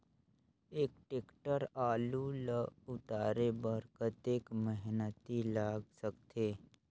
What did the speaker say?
एक टेक्टर आलू ल उतारे बर कतेक मेहनती लाग सकथे?